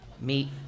Meet